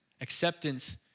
acceptance